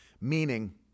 meaning